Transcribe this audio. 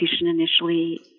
initially